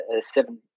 seven